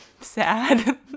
Sad